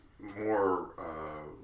more